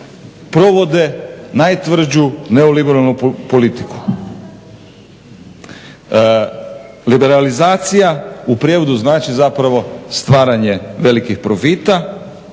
provode najtvrđu neoliberalnu politiku. Liberalizacija u prijevodu znači zapravo stvaranje velikih profita